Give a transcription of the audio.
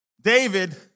David